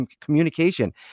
communication